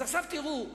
עכשיו תראו,